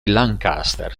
lancaster